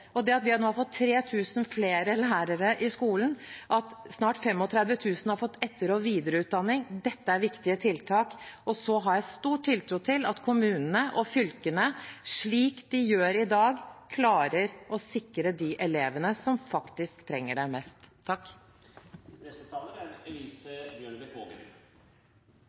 må faktisk prioritere. At vi nå har fått 3 000 flere lærere i skolen, og at snart 35 000 har fått etter- og videreutdanning, er viktige tiltak. Og jeg har stor tiltro til at kommunene og fylkene – slik de gjør i dag – klarer å sikre de elevene som faktisk trenger det mest.